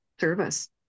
service